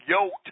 yoked